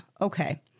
okay